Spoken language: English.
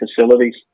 facilities